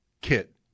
kit